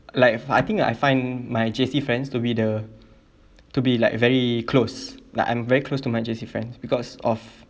like I think I find my J_C friends to be the to be like very close like I'm very close to my J_C friends because of